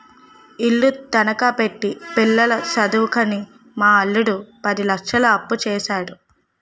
ఇల్లు తనఖా పెట్టి పిల్ల సదువుకని మా అల్లుడు పది లచ్చలు అప్పుసేసాడు